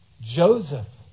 Joseph